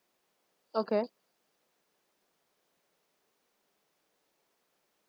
okay